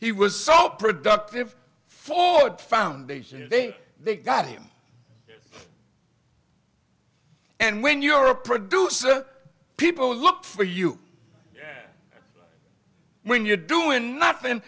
he was so productive ford foundation and they they got him and when you're a producer people look for you when you're doing nothing